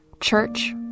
church